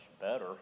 better